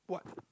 what